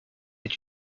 est